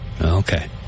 Okay